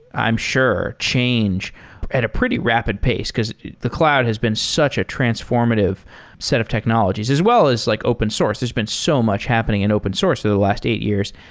i'm sure, change at a pretty rapid pace, because the cloud has been such a transformative set of technologies as well as like open source. there's been so much happening in open source for the last eight years.